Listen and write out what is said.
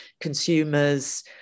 consumers